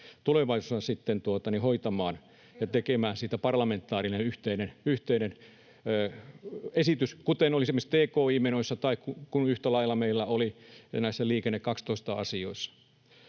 Sirén: Kyllä!] ja tekemään siitä parlamentaarinen, yhteinen esitys, kuten oli esimerkiksi tki-menoissa tai yhtä lailla meillä oli näissä Liikenne 12 ‑asioissa.